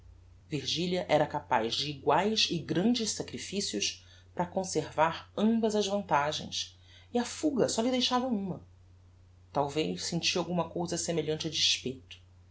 virgilia era capaz de eguaes e grandes sacrificios para conservar ambas as vantagens e a fuga só lhe deixava uma talvez senti alguma cousa semelhante a despeito